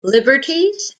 liberties